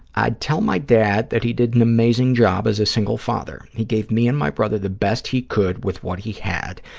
i'd tell my dad that he did an amazing job as a single father. he gave me and my brother the best he could with what he had,